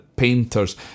Painters